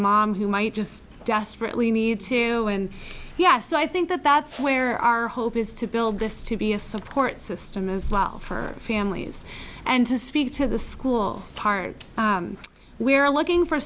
mom who might just desperately need to go and yeah so i think that that's where our hope is to build this to be a support system as well for families and to speak to the school part we're looking for